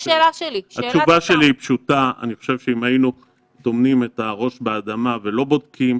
אם היינו טומנים את הראש באדמה ולא בודקים,